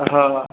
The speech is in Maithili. हँ